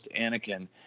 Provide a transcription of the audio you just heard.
Anakin